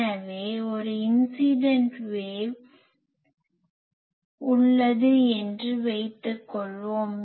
எனவே ஒரு incident wave மேல் விழுகிற அலை உள்ளது என்று வைத்துக் கொள்ளலாம்